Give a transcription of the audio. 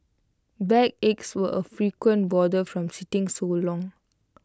backaches were A frequent bother from sitting so long